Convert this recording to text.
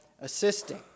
assisting